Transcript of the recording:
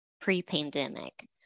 pre-pandemic